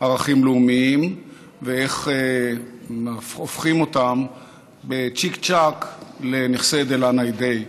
ערכים לאומיים ואיך הופכים אותם בצ'יק-צ'ק לנכסי דלא ניידי,